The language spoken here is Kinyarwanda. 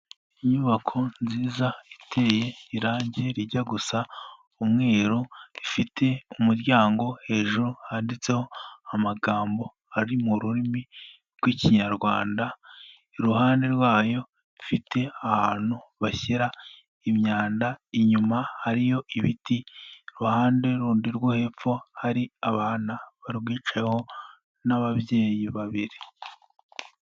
Inyubako nziza iteye irangi rijya gusa umweru, rifite umuryango hejuru handitseho amagambo ari mu rurimi rw'ikinyarwanda, iruhande rwayo ifite ahantu bashyira imyanda, inyuma hariyo ibiti, iruhande rundi rwo hepfo, hari abana barwicayeho n'ababyeyi babiri.